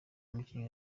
umukinnyi